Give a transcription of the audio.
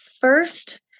first